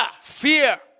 Fear